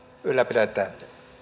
ylläpidetään